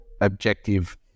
objective